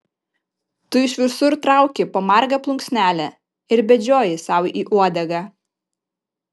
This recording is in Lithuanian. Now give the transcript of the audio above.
tu iš visur trauki po margą plunksnelę ir bedžioji sau į uodegą